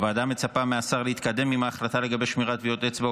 הוועדה מצפה מהשר להתקדם עם ההחלטה לגבי שמירת טביעות אצבע,